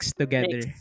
together